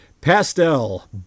Pastel